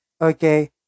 okay